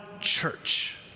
church